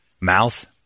mouth